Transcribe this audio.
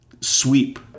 sweep